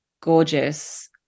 gorgeous